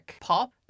pop